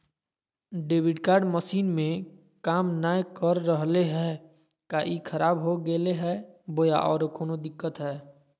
Debit card machine में काम नाय कर रहले है, का ई खराब हो गेलै है बोया औरों कोनो दिक्कत है?